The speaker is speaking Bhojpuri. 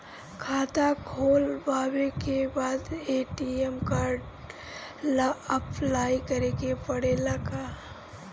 खाता खोलबाबे के बाद ए.टी.एम कार्ड ला अपलाई करे के पड़ेले का?